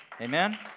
Amen